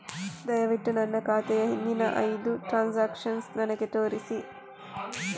ದಯವಿಟ್ಟು ನನ್ನ ಖಾತೆಯ ಹಿಂದಿನ ಐದು ಟ್ರಾನ್ಸಾಕ್ಷನ್ಸ್ ನನಗೆ ತೋರಿಸಿ